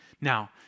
Now